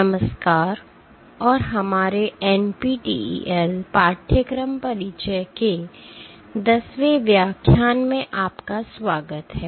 नमस्कार और हमारे NPTEL पाठ्यक्रम परिचय के 10 वें व्याख्यान में आपका स्वागत है